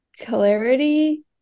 clarity